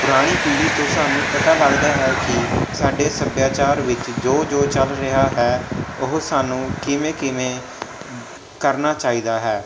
ਪੁਰਾਣੀ ਪੀੜ੍ਹੀ ਤੋਂ ਸਾਨੂੰ ਪਤਾ ਲੱਗਦਾ ਹੈ ਕਿ ਸਾਡੇ ਸੱਭਿਆਚਾਰ ਵਿੱਚ ਜੋ ਜੋ ਚੱਲ ਰਿਹਾ ਹੈ ਉਹ ਸਾਨੂੰ ਕਿਵੇਂ ਕਿਵੇਂ ਕਰਨਾ ਚਾਹੀਦਾ ਹੈ